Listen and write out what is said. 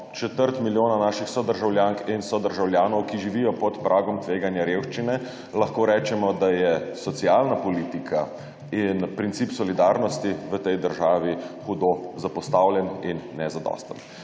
četrt milijona naših sodržavljank in sodržavljanov, ki živijo pod pragom tveganja revščine, lahko rečemo, da sta socialna politika in princip solidarnosti v tej državi hudo zapostavljena in nezadostna.